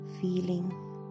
feeling